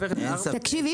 תקשיב,